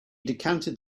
decanted